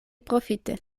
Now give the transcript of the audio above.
profite